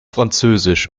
französisch